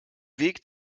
weg